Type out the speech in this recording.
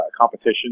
competition